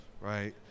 right